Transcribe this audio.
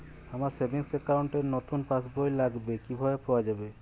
আমার savings account র নতুন পাসবই লাগবে, কিভাবে পাওয়া যাবে?